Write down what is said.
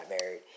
married